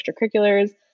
extracurriculars